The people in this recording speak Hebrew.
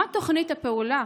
מה תוכנית הפעולה